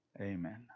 Amen